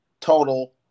total